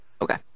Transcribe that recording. Okay